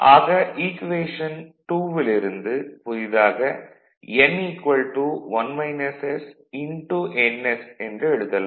ஆக ஈக்குவேஷன் 2 ல் இருந்து புதிதாக n ns என்று எழுதலாம்